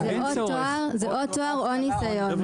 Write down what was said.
זה או תואר או ניסיון,